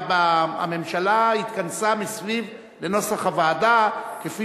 הממשלה התכנסה מסביב לנוסח הוועדה כפי